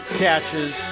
catches